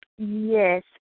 Yes